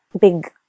big